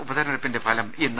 ഉപതിരഞ്ഞെടുപ്പിന്റെ ഫലം ഇന്ന്